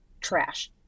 trash